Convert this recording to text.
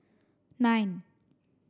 nine